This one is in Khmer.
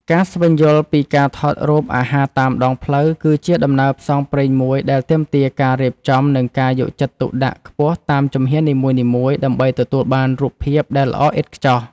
ការស្វែងយល់ពីការថតរូបអាហារតាមដងផ្លូវ គឺជាដំណើរផ្សងព្រេងមួយដែលទាមទារការរៀបចំ និងការយកចិត្តទុកដាក់ខ្ពស់តាមជំហាននីមួយៗ ដើម្បីទទួលបានរូបភាពដែលល្អឥតខ្ចោះ។